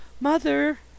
Mother